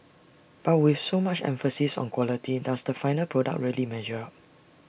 but with so much emphasis on quality does the final product really measure